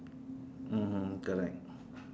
mmhmm correct